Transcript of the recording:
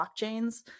blockchains